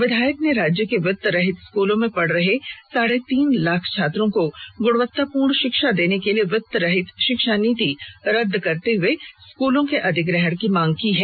विधायक ने राज्य के वित्त रहित स्कूलों में पढ़ रहे साढ़े तीन लाख छात्रों को गुणवत्तापूर्ण शिक्षा देने के लिए वित्त रहित शिक्षा नीति रदद करते हुए स्कूलों के अधिग्रहण की मांग की है